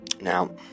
Now